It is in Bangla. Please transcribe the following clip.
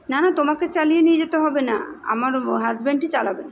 না না তোমাকে চালিয়ে নিয়ে যেতে হবে না আমার ও হাজব্যান্ডই চালাবে